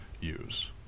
use